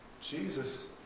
Jesus